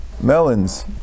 melons